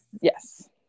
Yes